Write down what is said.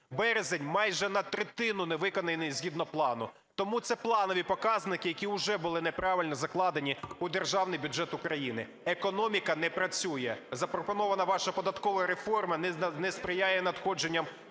березень – майже на третину не виконаний згідно плану. Тому це планові показники, які вже були неправильно закладені у Державний бюджет України. Економіка не працює. Запропонована ваша податкова реформа не сприяє надходженням